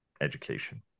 education